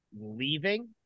leaving